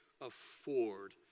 afford